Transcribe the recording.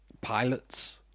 pilots